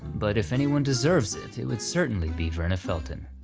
but if anyone deserves it, it would certainly be verna felton.